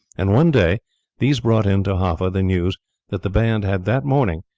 and one day these brought in to haffa the news that the band had that morning,